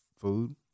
food